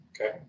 Okay